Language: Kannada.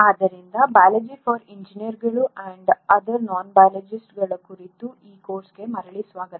ಆದ್ದರಿಂದ ಬಯಾಲಜಿ ಫಾರ್ ಇಂಜಿನಿಯರ್ಗಳು ಆಂಡ್ ಅದರ್ ನಾನ್ ಬಯಾಲಜಿಸ್ಟ್ಗಳು" ಕುರಿತು ಈ ಕೋರ್ಸ್ಗೆ ಮರಳಿ ಸ್ವಾಗತ